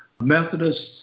Methodists